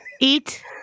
Eat